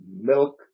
milk